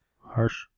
Harsh